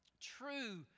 true